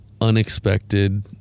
unexpected